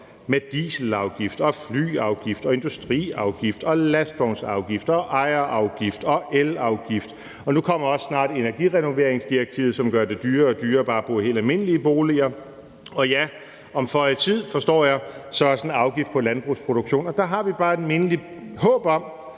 med dieselafgift og flyafgift og industriafgift og lastvognsafgift og ejerafgift og elafgift. Nu kommer også snart energirenoveringsdirektivet, som gør det dyrere og dyrere bare at bo i helt almindelige boliger. Og ja, om føje tid, forstår jeg, kommer der også en afgift på landbrugsproduktion. Der har vi bare et mindeligt håb om,